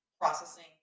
processing